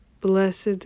blessed